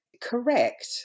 correct